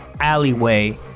alleyway